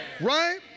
Right